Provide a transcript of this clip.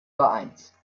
vereins